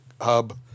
hub